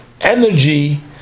energy